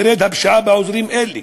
תרד הפשיעה באזורים אלה.